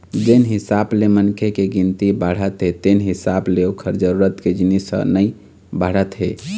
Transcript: जेन हिसाब ले मनखे के गिनती बाढ़त हे तेन हिसाब ले ओखर जरूरत के जिनिस ह नइ बाढ़त हे